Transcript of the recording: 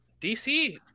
DC